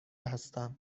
هستم